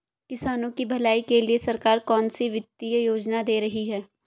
किसानों की भलाई के लिए सरकार कौनसी वित्तीय योजना दे रही है?